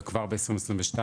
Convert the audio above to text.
וכבר ב- 2022,